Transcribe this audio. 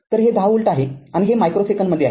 तर हे १० व्होल्ट आहे आणि हे मायक्रो सेकंदमध्ये आहे